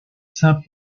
saint